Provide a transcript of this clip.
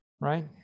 right